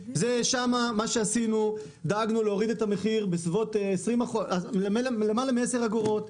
אנחנו דאגנו שם להוריד את המחיר ביותר מעשר אגורות,